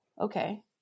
okay